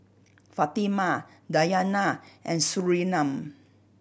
Fatimah Dayana and Surinam